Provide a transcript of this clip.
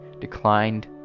declined